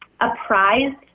apprised